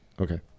Okay